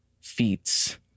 feats